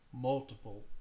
multiple